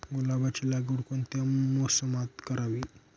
गुलाबाची लागवड कोणत्या मोसमात करावी?